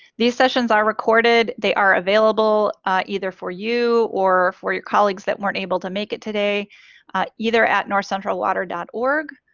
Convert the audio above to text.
these sessions are recorded they are available either for you or for your colleagues that weren't able to make it today either at northcentralwater dot org